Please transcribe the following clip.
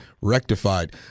rectified